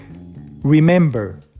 Remember